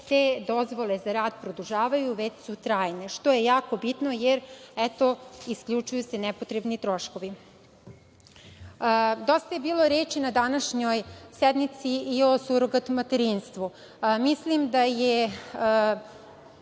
te dozvole za rad produžavaju, već su trajne, što je jako bitno, jer isključuju se nepotrebni troškovi. Dosta je bilo reči na današnjoj sednici i o surogat materinstvu. Mislim da je